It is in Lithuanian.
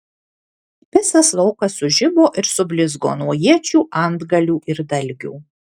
visas laukas sužibo ir sublizgo nuo iečių antgalių ir dalgių